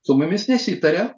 su mumis nesitaria